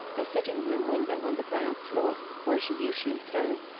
the sitting-room window on the ground floor, where she usually throned,